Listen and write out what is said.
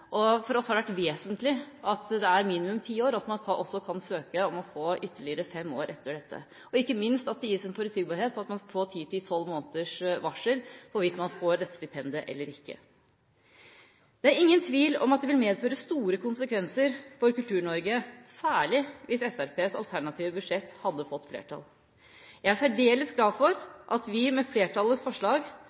seniorkunstnere. For oss har det vært vesentlig at det er minimum ti år, at man også kan søke om å få ytterligere fem år, og ikke minst at det gis en forutsigbarhet ved at man skal få ti–tolv måneders varsel om man får dette stipendiet eller ikke. Det er ingen tvil om at det ville medført store konsekvenser for Kultur-Norge særlig hvis Fremskrittspartiets alternative budsjett hadde fått flertall. Jeg er særdeles glad for at vi med flertallets forslag